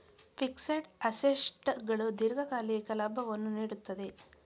fixed assets ಗಳು ದೀರ್ಘಕಾಲಿಕ ಲಾಭವನ್ನು ನೀಡುತ್ತದೆ